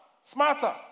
smarter